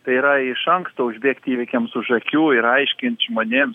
tai yra iš anksto užbėgt įvykiams už akių ir aiškint žmonėm